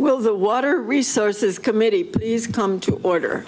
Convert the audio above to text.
well the water resources committee please come to order